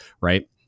right